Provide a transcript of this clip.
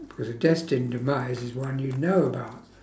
because a destined demise is one you know about